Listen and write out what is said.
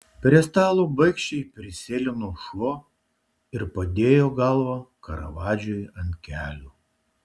prie stalo baikščiai prisėlino šuo ir padėjo galvą karavadžui ant kelių